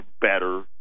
better